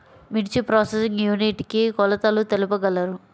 మిర్చి processing unit కి కొలతలు తెలుపగలరు?